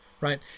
right